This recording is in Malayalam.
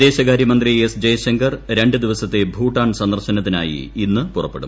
വിദേശകാര്യമന്ത്രി എസ്ട് ജയ്ശങ്കർ രണ്ട് ദിവസത്തെ ഭൂട്ടാൻ സന്ദർശനത്തിനായി ഇന്ന് പുറപ്പെടും